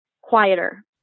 quieter